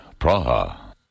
Praha